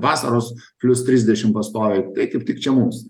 vasaros plius trisdešim pastoviai tai kaip tik čia mums